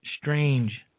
strange